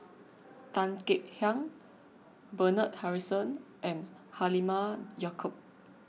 Tan Kek Hiang Bernard Harrison and Halimah Yacob